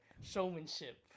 Showmanship